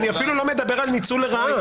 אני אפילו לא מדבר על ניצול לרעה.